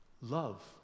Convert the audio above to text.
love